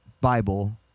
Bible